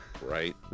right